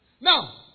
Now